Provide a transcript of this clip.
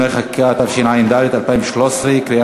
ברשות יושב-ראש